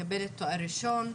מקבלת תואר ראשון,